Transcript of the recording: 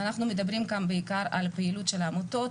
אנחנו מדברים כאן בעיקר על פעילות של עמותות